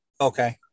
Okay